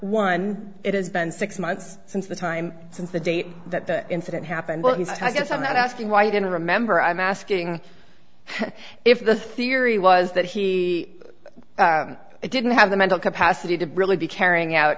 one it has been six months since the time since the date that the incident happened if i'm not asking why you don't remember i'm asking if the theory was that he didn't have the mental capacity to really be carrying out